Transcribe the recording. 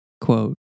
Quote